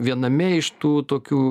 viename iš tų tokių